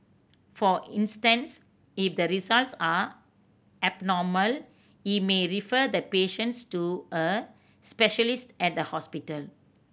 for instance if the results are abnormal he may refer the patients to a specialist at a hospital